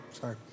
Sorry